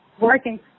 working